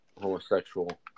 homosexual